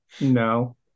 No